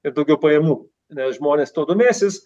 ir daugiau pajamų nes žmonės tuo domėsis